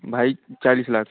भाई चालीस लाख